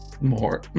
more